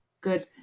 Good